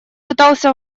пытался